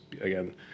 again